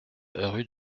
rue